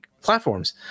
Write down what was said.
platforms